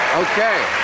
Okay